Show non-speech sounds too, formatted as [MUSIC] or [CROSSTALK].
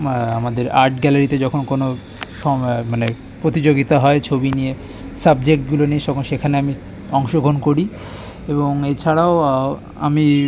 আমাদের আর্ট গ্যালারিতে যখন কোনো [UNINTELLIGIBLE] মানে প্রতিযোগিতা হয় ছবি নিয়ে সাবজেক্টগুলো নিয়ে তখন সেখানে আমি অংশগ্রহণ করি এবং এছাড়াও আমি